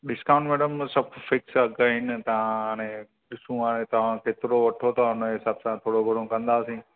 discount madam सभु fix आहे काई न तव्हां हाणे ॾिसूं हाणे तव्हां केतिरो वठो था हुनजे हिसाबु सां थोरो घणो कंदासीं